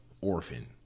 orphan